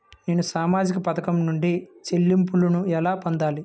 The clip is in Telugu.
నేను సామాజిక పథకం నుండి చెల్లింపును ఎలా పొందాలి?